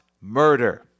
murder